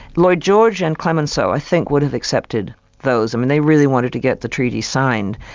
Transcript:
lloyd george and clemenceau i think would have accepted those, um and they really wanted to get the treaty signed.